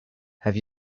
have